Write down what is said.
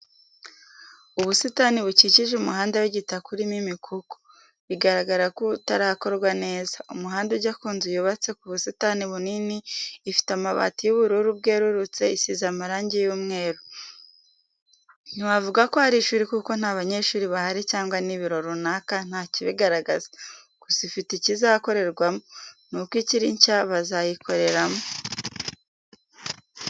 Ubusitani bukikije umuhanda w'igitaka urimo imikuku, bigaragara ko utarakorwa neza, umuhanda ujya ku nzu yubatse ku busitani bunini ifite amabati y'ubururu bwererutse isize amarangi y'umweru. Ntiwavuga ko ari ishuri kuko nta banyeshuri bahari cyangwa n'ibiro runaka nta kibigaragaza, gusa ifite ikizakorerwamo, nuko ikiri nshya bazayikoreramo.